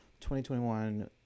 2021